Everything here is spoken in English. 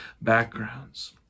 backgrounds